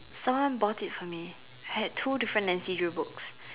someone bought it for me I had two different Nancy-Drew books